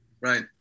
Right